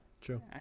True